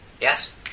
Yes